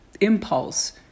impulse